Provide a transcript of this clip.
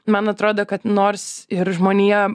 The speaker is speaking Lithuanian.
man atrodo kad nors ir žmonija